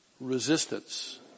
resistance